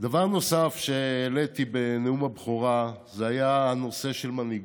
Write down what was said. דבר נוסף שהעליתי בנאום הבכורה היה הנושא של מנהיגות,